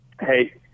hey